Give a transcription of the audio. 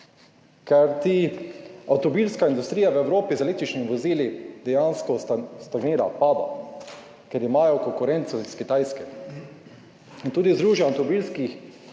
Kajti avtomobilska industrija v Evropi z električnimi vozili dejansko stagnira, pada, ker imajo konkurenco iz Kitajske. Tudi združenje avtomobilske